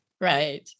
Right